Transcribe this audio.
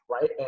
right